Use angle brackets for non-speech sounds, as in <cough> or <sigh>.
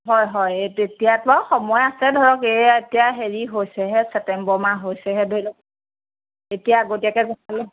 হয় হয় এই তেতিয়াতো সময় আছে ধৰক এই এতিয়া হেৰি হৈছেহে ছেপ্তেম্বৰ মাহ হৈছেহে ধৰি লওক এতিয়া আগতীয়াকৈ <unintelligible>